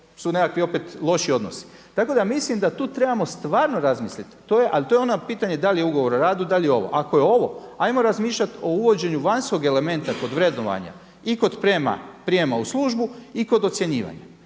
su nekakvi opet loši odnosi. Tako da mislim da tu trebamo stvarno razmisliti ali to je ono pitanje da li je ugovor o radu, da li je ovo. Ako je ovo, ajmo razmišljati o uvođenju vanjskog elementa kod vrednovanja i kod prijema u službu i kod ocjenjivanja.